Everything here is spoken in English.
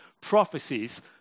prophecies